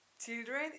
Children